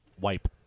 wipe